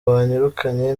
banyirukanye